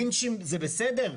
לינצ'ים זה בסדר?